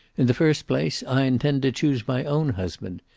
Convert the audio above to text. in the first place, i intend to choose my own husband.